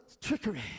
trickery